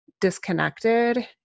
disconnected